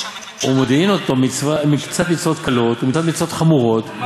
ומודיעין אותו מקצת מצוות קלות ומקצת מצוות חמורות,